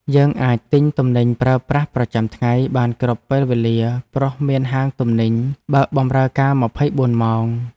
យើងអាចទិញទំនិញប្រើប្រាស់ប្រចាំថ្ងៃបានគ្រប់ពេលវេលា ព្រោះមានហាងទំនិញបើកបម្រើការម្ភៃបួនម៉ោង។